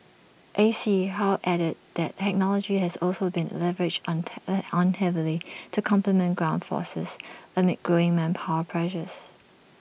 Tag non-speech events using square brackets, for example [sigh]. A C How added that technology has also been leveraged on ten [noise] on heavily to complement ground forces amid growing manpower pressures